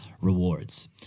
rewards